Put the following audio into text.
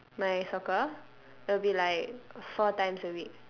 my soccer it'll be like four times a week